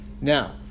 Now